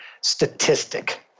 statistic